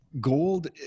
gold